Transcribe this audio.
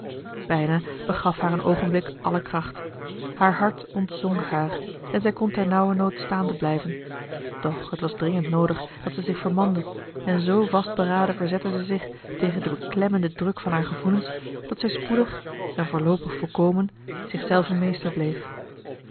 begaf haar een oogenblik alle kracht haar hart ontzonk haar en zij kon ternauwernood staande blijven doch het was dringend noodig dat zij zich vermande en z vastberaden verzette zij zich tegen den beklemmenden druk van haar gevoelens dat zij spoedig en voorloopig volkomen zichzelve meester bleef